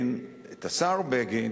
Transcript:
השר בגין